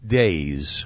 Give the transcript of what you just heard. days